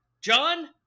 John